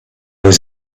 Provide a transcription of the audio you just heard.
was